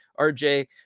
RJ